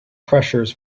pressures